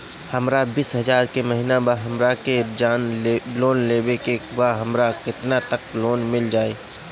हमर बिस हजार के महिना बा हमरा के लोन लेबे के बा हमरा केतना तक लोन मिल जाई?